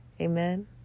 Amen